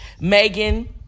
Megan